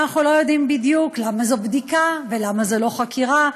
ואנחנו לא יודעים בדיוק למה זו בדיקה ולמה זו לא חקירה.